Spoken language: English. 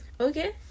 Okay